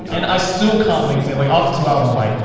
and i still can't maintain like after two hours, i'm like.